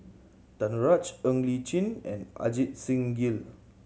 Danaraj Ng Li Chin and Ajit Singh Gill